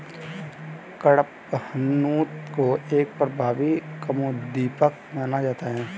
कडपहनुत को एक प्रभावी कामोद्दीपक माना जाता है